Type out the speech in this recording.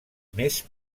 més